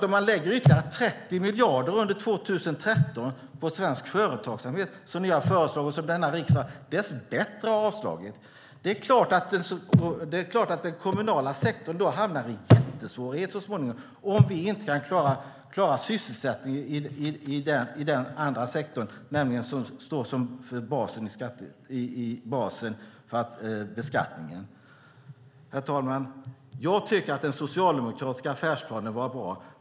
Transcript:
Om man lägger ytterligare 30 miljarder under 2013 på svensk företagsamhet, som ni har föreslagit och som denna riksdag dess bättre har avslagit, är det klart att den kommunala sektorn hamnar i en jättesvårighet så småningom om vi inte kan klara sysselsättningen i den andra sektorn. Det är nämligen den som står för basen i beskattningen. Herr talman! Jag tycker att den socialdemokratiska affärsplanen var bra.